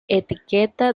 etiqueta